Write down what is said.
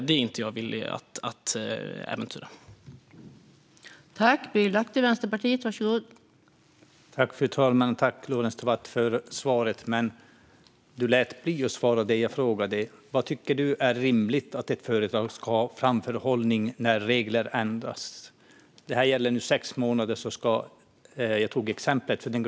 Jag är inte villig att äventyra detta.